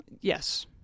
Yes